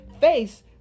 face